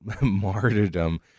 martyrdom